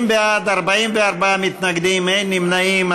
50 בעד, 44 מתנגדים, אין נמנעים.